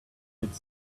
kid